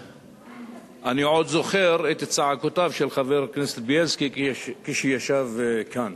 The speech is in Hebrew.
אני עוד זוכר את צעקותיו של חבר הכנסת בילסקי כשישב כאן,